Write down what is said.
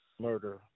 murder